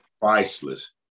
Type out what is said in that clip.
priceless